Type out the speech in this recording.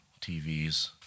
TVs